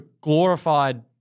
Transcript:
glorified